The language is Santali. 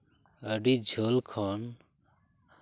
ᱟᱹᱰᱤ ᱡᱷᱟᱹᱞ ᱠᱷᱚᱱ